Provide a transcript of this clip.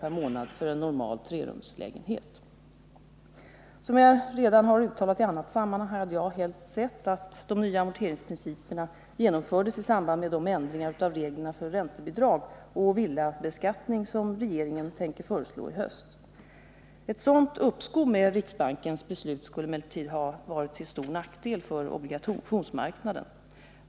per månad för en normal trerumslägenhet. Som jag redan har uttalat i annat sammanhang hade jag helst sett att de nya amorteringsprinciperna genomfördes i samband med den ändring av reglerna för räntebidrag och villabeskattning som regeringen tänker föreslå i höst. Ett sådant uppskov med riksbankens beslut skulle emellertid ha varit till stor nackdel för obligationsmarknaden.